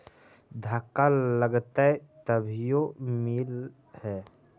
धक्का लगतय तभीयो मिल है?